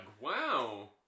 Wow